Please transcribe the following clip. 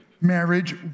marriage